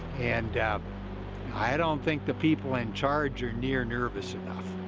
and i don't think the people in charge are near nervous enough.